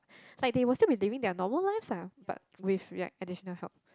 like they will still be living their normal lives ah but with with like additional help